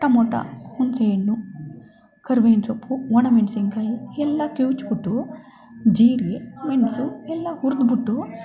tomato ಹುಣಸೇ ಹಣ್ಣು ಕರಿಬೇವಿನ ಸೊಪ್ಪು ಒಣಮೆಣಸಿನಕಾಯಿ ಎಲ್ಲ ಕಿವುಚ್ಬಿಟ್ಟು ಜೀರಿಗೆ ಮೆಣಸು ಎಲ್ಲ ಹುರಿದ್ಬಿಟ್ಟು